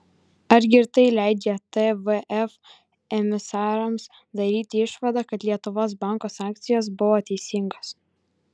argi ir tai leidžia tvf emisarams daryti išvadą kad lietuvos banko sankcijos buvo teisingos